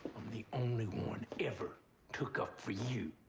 i'm the only one ever took up for you.